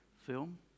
film